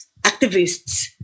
activists